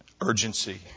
urgency